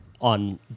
on